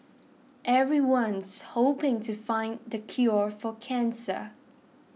everyone's hoping to find the cure for cancer